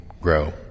grow